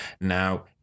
Now